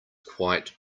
quite